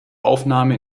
aufnahme